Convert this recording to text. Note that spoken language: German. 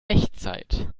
echtzeit